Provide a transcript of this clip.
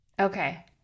Okay